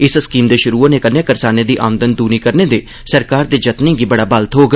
इस स्कीम दे शुरु होने कन्नै करसानें दी औंदन दूनी करने दे सरकार दे जतनें गी बड़ा बल थ्होग